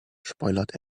spoilert